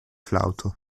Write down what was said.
flauto